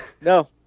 No